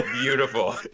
beautiful